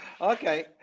okay